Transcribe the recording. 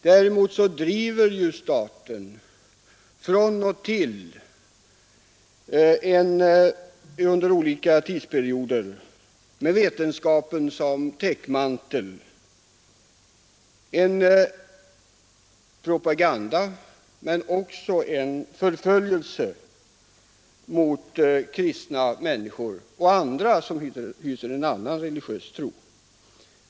Däremot driver staten från och till under olika tidsperioder med vetenskapen såsom täckmantel en propaganda men också en förföljelse mot kristna människor och andra som hyser en religiös tro.